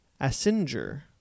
asinger